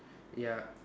ya